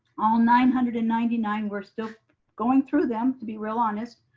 all nine hundred and ninety nine. we're still going through them to be real honest,